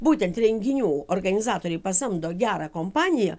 būtent renginių organizatoriai pasamdo gerą kompaniją